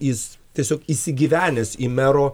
jis tiesiog įsigyvenęs į mero